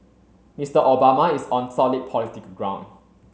Mister Obama is on solid political ground